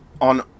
on